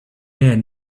man